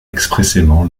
expressément